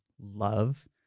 love